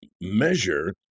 measure